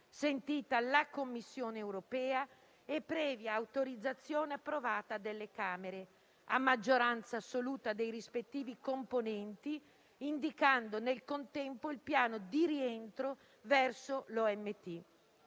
sentita la Commissione europea e previa autorizzazione approvata dalle Camere a maggioranza assoluta dei rispettivi componenti, indicando nel contempo il piano di rientro verso l'OMT.